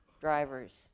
driver's